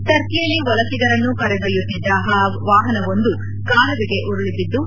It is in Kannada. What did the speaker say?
ಟರ್ಕಿಯಲ್ಲಿ ವಲಸಿಗರನ್ನು ಕರೆದೊಯ್ಟುತ್ತಿದ್ದ ವಾಹನವೊಂದು ಕಾಲುವೆಗೆ ಉರುಳಬಿದ್ದು